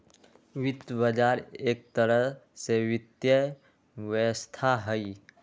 वित्त बजार एक तरह से वित्तीय व्यवस्था हई